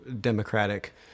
democratic